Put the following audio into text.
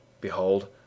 Behold